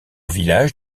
village